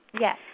Yes